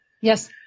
Yes